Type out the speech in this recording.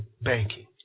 Banking